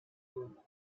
normal